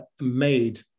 made